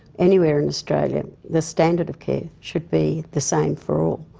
anywhere in australia. the standard of care should be the same for all.